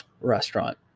restaurant